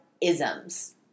isms